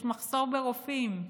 יש מחסור ברופאים,